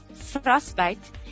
Frostbite